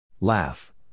Laugh